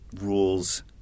rules